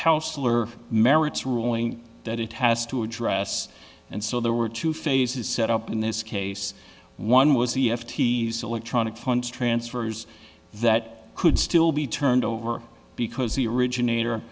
hausler merits ruling that it has to address and so there were two phases set up in this case one was the f t's electronic funds transfer years that could still be turned over because the originator